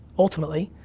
ultimately,